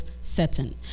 setting